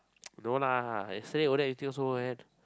no lah yesterday go there you still hold her hand